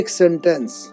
sentence